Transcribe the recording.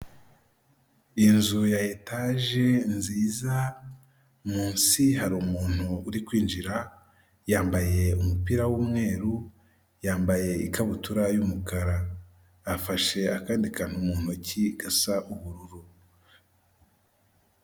Inzu ya etaje nziza, munsi hari umuntu uri kwinjira yambaye umupira w'umweru, yambaye ikabutura y'umukara, afashe akandi kantu mu ntoki gasa ubururu.